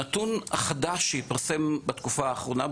הנתון החדש שהתפרסם בתקופה האחרונה,